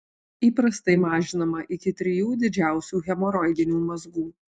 įprastai mažinama iki trijų didžiausių hemoroidinių mazgų